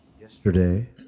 Yesterday